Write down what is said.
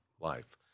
life